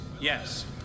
Yes